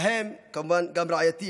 בהם כמובן גם רעייתי,